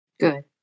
Good